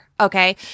Okay